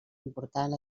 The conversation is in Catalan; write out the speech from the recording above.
important